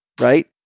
right